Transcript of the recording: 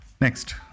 next